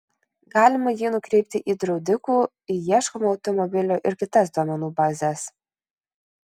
galima jį nukreipti į draudikų į ieškomų automobilių ir kitas duomenų bazes